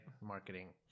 Marketing